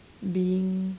being